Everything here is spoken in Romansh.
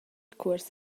cuors